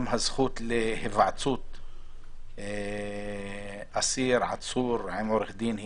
גם הזכות להיוועצות אסיר או עצור עם עורך דין,